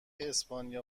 اسپانیا